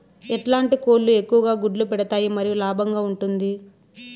ఎట్లాంటి కోళ్ళు ఎక్కువగా గుడ్లు పెడతాయి మరియు లాభంగా ఉంటుంది?